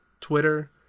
Twitter